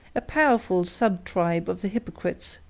a powerful subtribe of the hypocrites,